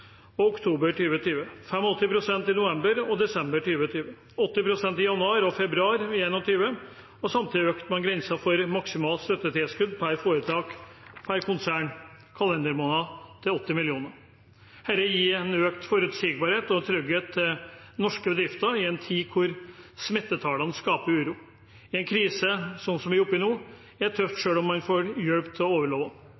og oktober 2020, 85 pst. i november og desember 2020 og 80 pst. i januar og februar 2021. Samtidig øker man grensen for maksimalt støttetilskudd per foretak/konsern per kalendermåned til 80 mill. kr. Dette gir en økt forutsigbarhet og trygghet til norske bedrifter i en tid hvor smittetallene skaper uro. En krise som den vi er oppe i nå, er